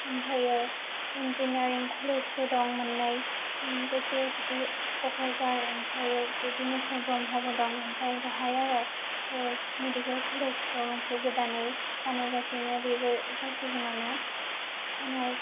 आमफाय इयाव इनजिनियारिं कलेजबो दं मोननै क'क्राझार आमफाय बे बिनेशवर ब्रह्मबो दं आमफाय दाहाय आरो मेडिकेल कलेजबो मोनसे गोदानै बानायगासिनो बेबो जासिगोनानो